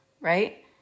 right